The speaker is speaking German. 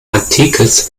antikes